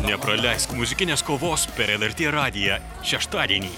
nepraleisk muzikinės kovos per lrt radiją šeštadienį